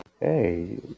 Hey